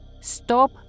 Stop